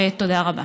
ותודה רבה.